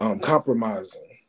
Compromising